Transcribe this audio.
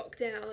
lockdown